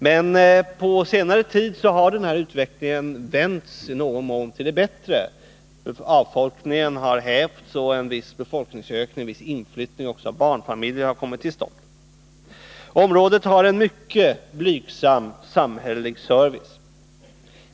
Men på senare tid har utvecklingen i någon mån vänt till det bättre: avfolkningen har hävts, och en viss befolkningsökning — bl.a. genom inflyttning av barnfamiljer — har kommit till stånd. Området har en mycket blygsam samhällelig service.